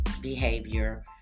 behavior